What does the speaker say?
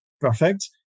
perfect